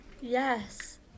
Yes